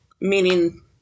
meaning